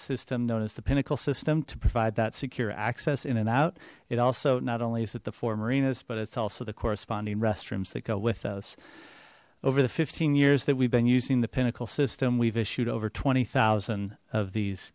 system known as the pinnacle system to provide that secure access in and out it also not only is it the four marinas but it's also the corresponding restrooms that go with us over the fifteen years that we've been using the pinnacle system we've issued over twenty zero of these